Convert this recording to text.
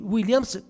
Williams